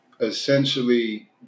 essentially